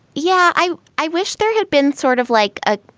yeah i. i wish there had been sort of like a.